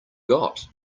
got